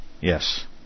Yes